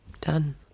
Done